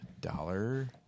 dollar